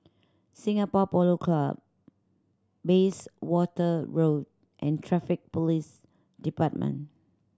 Singapore Polo Club Bayswater Road and Traffic Police Department